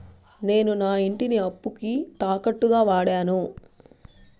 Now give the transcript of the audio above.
నేను నా ఇంటిని అప్పుకి తాకట్టుగా వాడాను